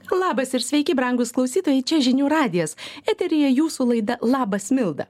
labas ir sveiki brangūs klausytojai čia žinių radijas eteryje jūsų laida labas milda